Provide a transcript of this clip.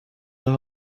her